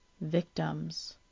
victims